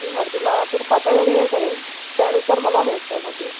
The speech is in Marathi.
मी हळदीला तरी पातळ वगैरे वेअर करेन त्यानुसार मला हेअरस्टाईल हवी आहे